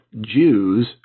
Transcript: Jews